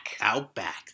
Outback